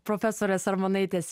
profesorės armonaitės